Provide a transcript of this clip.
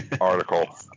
article